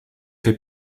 fait